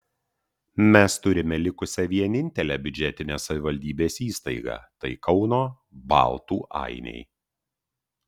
mes turime likusią vienintelę biudžetinę savivaldybės įstaigą tai kauno baltų ainiai